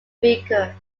speaker